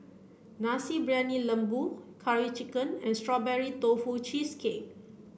Nasi Briyani Lembu curry chicken and strawberry tofu cheesecake